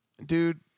dude